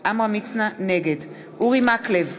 נגד אורי מקלב,